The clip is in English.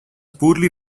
poorly